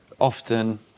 often